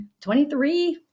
23